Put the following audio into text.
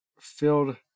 Filled